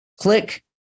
click